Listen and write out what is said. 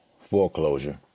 foreclosure